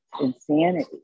insanity